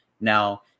Now